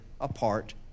apart